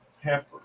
pepper